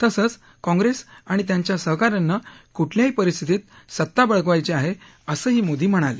तसंच काँग्रेस आणि त्यांच्या सहकाऱ्यांना कुठल्याही परिस्थितीत सत्ता बळकवायची आहे असंही मोदी म्हणाले